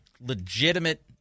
legitimate